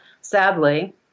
sadly